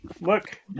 Look